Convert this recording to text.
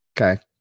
Okay